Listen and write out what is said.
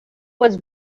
was